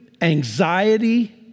anxiety